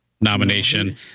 nomination